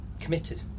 committed